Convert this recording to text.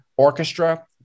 Orchestra